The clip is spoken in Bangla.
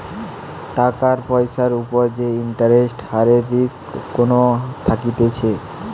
টাকার পয়সার উপর যে ইন্টারেস্ট হারের রিস্ক কোনো থাকতিছে